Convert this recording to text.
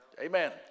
Amen